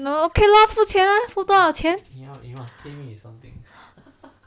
no okay lah 付钱付多少钱